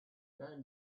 down